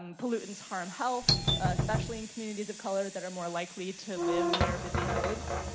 um pollutants harm health. especially in communities of color that are more likely to live near busy roads.